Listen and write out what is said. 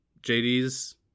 JD's